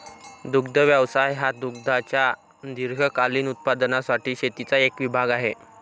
दुग्ध व्यवसाय हा दुधाच्या दीर्घकालीन उत्पादनासाठी शेतीचा एक विभाग आहे